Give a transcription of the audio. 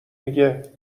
میگه